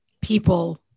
people